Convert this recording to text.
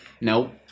Nope